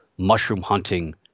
mushroom-hunting